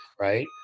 right